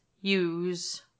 use